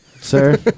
Sir